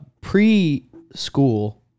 Pre-school